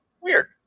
Weird